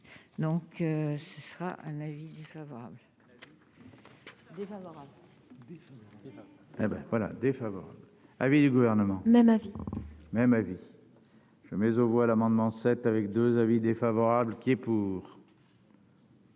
donc ce sera un avis défavorable.